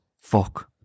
fuck